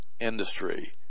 industry